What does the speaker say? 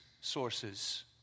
sources